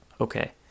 okay